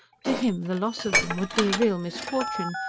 to him the loss of them would be a real misfortune,